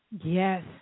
Yes